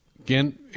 Again